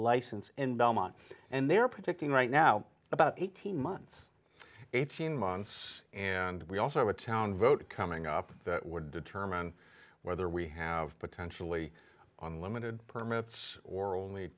license in belmont and they're predicting right now about eighteen months eighteen months and we also a town vote coming up that would determine whether we have potentially on limited permits or only